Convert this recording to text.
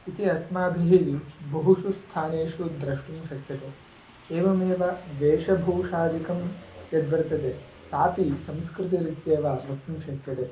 इति अस्माभिः बहुषु स्थानेषु द्रष्टुं शक्यते एवमेव वेशभूषादिकं यद्वर्तते सापि संस्कृतरीत्येव वक्तुं शक्यते